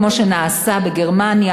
כמו שנעשה בגרמניה,